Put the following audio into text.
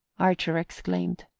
archer exclaimed.